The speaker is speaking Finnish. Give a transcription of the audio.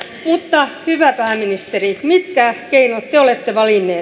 mutta hyvä pääministeri mitkä keinot te olette valinneet